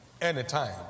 anytime